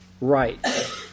right